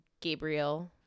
Gabriel